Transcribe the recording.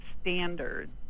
standards